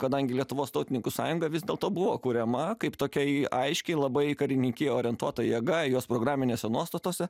kadangi lietuvos tautininkų sąjunga vis dėlto buvo kuriama kaip tokia į aiškiai labai karininkiją orientuota jėga jos programinėse nuostatose